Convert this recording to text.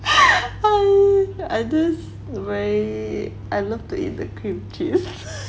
I don't really I love to eat the cream cheese